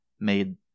made